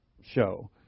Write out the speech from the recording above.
show